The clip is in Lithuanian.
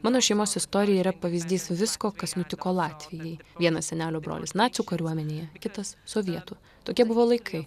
mano šeimos istorija yra pavyzdys visko kas nutiko latvijai vienas senelio brolis nacių kariuomenėje kitas sovietų tokie buvo laikai